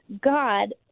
God